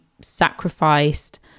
sacrificed